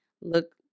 look